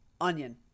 onion